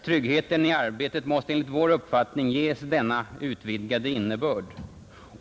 Tryggheten i arbetet måste enligt vår uppfattning ges denna utvidgade innebörd.